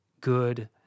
good